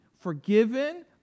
forgiven